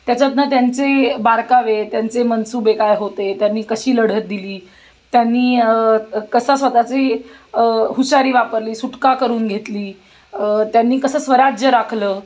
त्याच्यातनं त्यांचे बारकावे त्यांचे मनसुबे काय होते त्यांनी कशी लढत दिली त्यांनी कसा स्वतःची हुशारी वापरली सुटका करून घेतली त्यांनी कसं स्वराज्य राखलं